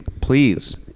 please